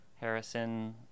Harrison